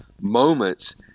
moments